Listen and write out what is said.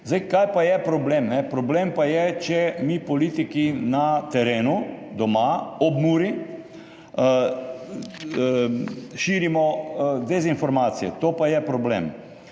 Kaj pa je problem? Problem pa je, če mi politiki na terenu doma, ob Muri širimo dezinformacije. To pa je problem.